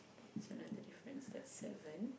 so another difference that's seven